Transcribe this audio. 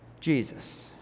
Jesus